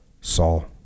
Saul